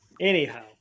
Anyhow